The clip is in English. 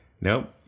Nope